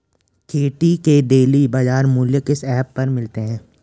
खेती के डेली बाज़ार मूल्य किस ऐप पर मिलते हैं?